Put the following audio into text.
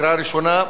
קריאה ראשונה.